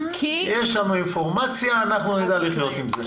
יש לנו אינפורמציה, אנחנו נדע לחיות עם זה.